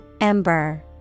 Ember